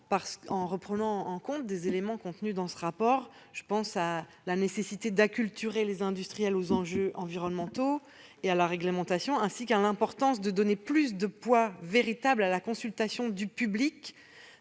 en prenant en compte des éléments contenus dans ce rapport. Je pense notamment à la nécessité d'acculturer les industriels aux enjeux environnementaux et à la réglementation, ainsi qu'à l'importance de donner véritablement davantage de poids à la consultation du public,